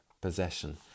possession